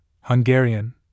Hungarian